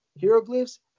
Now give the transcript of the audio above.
Hieroglyphs